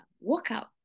workout